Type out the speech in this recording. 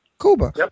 Cuba